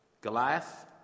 Goliath